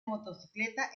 motocicleta